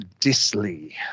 Disley